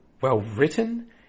well-written